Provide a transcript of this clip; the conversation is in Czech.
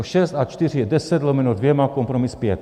Šest a čtyři je deset lomeno dvěma kompromis pět.